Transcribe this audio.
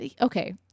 okay